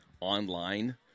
online